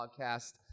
podcast